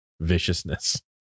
viciousness